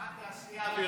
ועד התעשייה האווירית.